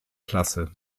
klasse